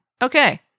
Okay